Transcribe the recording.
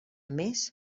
més